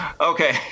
Okay